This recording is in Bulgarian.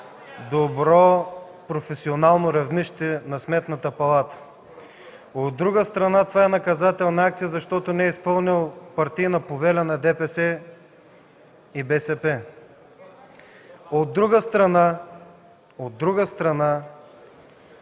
добро професионално равнище на Сметната палата. От друга страна, това е наказателна акция, защото не е изпълнил партийна повеля на ДПС и БСП. КРАСИМИР ЯНКОВ (КБ, от място):